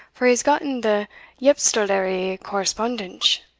for he has gotten the yepistolary correspondensh.